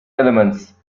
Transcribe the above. elements